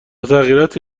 تغییراتی